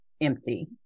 empty